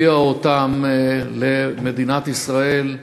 הביאה אותם למדינת ישראל,